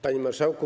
Panie Marszałku!